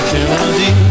Kennedy